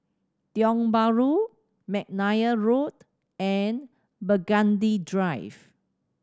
Tiong Bahru McNair Road and Burgundy Drive